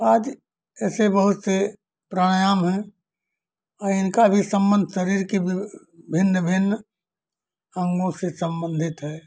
आज ऐसे बहुत से प्राणायाम हैं औ इनका ही सम्बन्ध शरीर के विभ भिन्न भिन्न अंगों से सम्बंधित है